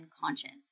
conscience